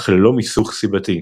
אך ללא מיסוך סיבתי.